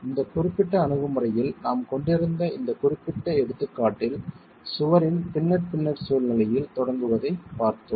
இந்த குறிப்பிட்ட அணுகுமுறையில் நாம் கொண்டிருந்த இந்த குறிப்பிட்ட எடுத்துக்காட்டில் சுவரில் பின்னெட் பின்னெட் சூழ்நிலையில் தொடங்குவதைப் பார்த்தோம்